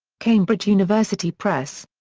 cambridge university press.